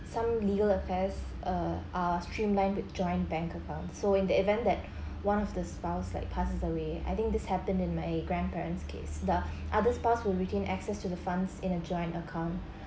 some legal affairs err are streamlined with joint bank account so in the event that one of the spouse like passes away I think this happened in my grandparents case the other spouse will retain access to the funds in a joint account